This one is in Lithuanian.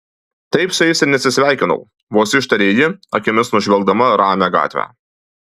taip su jais ir neatsisveikinau vos ištarė ji akimis nužvelgdama ramią gatvę